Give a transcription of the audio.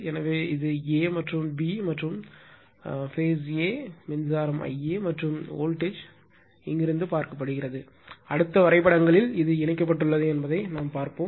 எனவே இது a மற்றும் இது b மற்றும் பேஸ் a மின்சாரம் Ia மற்றும் வோல்டேஜ் உண்மையில் இங்கிருந்து பார்க்கப்படுகிறது அடுத்த வரைபடங்களில் இது இணைக்கப்பட்டுள்ளது என்பதை நாம் பார்ப்போம்